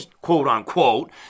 quote-unquote